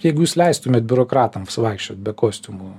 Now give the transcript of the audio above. jeigu jūs leistumėt biurokratams vaikščiot be kostiumų